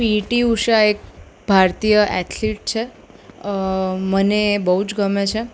પી T Usha એક ભારતીય athlete છે મને બહુ જ ગમે છે